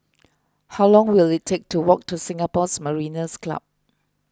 how long will it take to walk to Singapore Mariners' Club